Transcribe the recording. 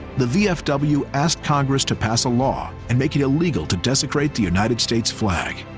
the vfw asked congress to pass a law and make it illegal to desecrate the united states flag.